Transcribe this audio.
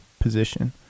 position